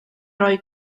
roi